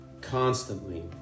constantly